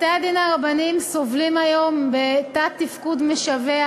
בתי-הדין הרבניים סובלים היום מתת-תפקוד משווע,